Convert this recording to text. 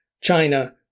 China